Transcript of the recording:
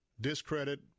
discredit